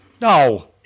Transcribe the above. no